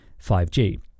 5G